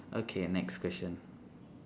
okay next question